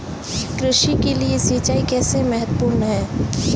कृषि के लिए सिंचाई कैसे महत्वपूर्ण है?